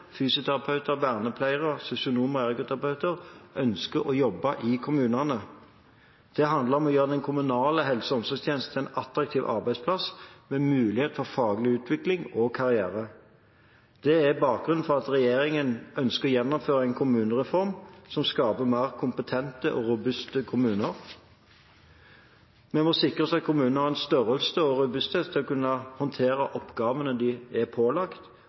fysioterapeuter, vernepleiere, sosionomer og ergoterapeuter ønsker å jobbe i kommunene. Det handler om å gjøre den kommunale helse- og omsorgstjenesten til en attraktiv arbeidsplass med mulighet for faglig utvikling og karriere. Det er bakgrunnen for at regjeringen ønsker å gjennomføre en kommunereform som skaper mer kompetente og robuste kommuner. Vi må sikre oss at kommunene har en størrelse og robusthet til å kunne håndtere oppgavene de er pålagt.